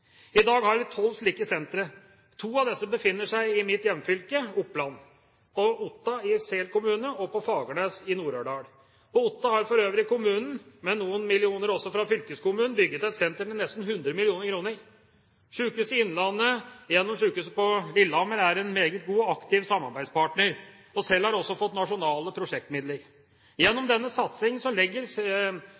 I dag har vi tolv slike sentre. To av disse befinner seg i mitt hjemfylke, Oppland: på Otta i Sel kommune og på Fagernes i Nord-Aurdal. På Otta har for øvrig kommunen, med noen millioner også fra fylkeskommunen, bygget et senter til nesten 100 mill. kr. Sykehuset Innlandet, gjennom sykehuset på Lillehammer, er en meget god og aktiv samarbeidspartner. Sel har også fått nasjonale prosjektmidler. Gjennom denne satsingen legger